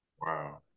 Wow